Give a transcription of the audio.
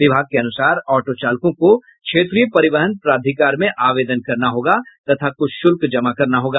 विभाग के अनुसार ऑटो चालकों को क्षेत्रीय परिवहन प्राधिकार में आवेदन करना होगा तथा कुछ शुल्क जमा करना होगा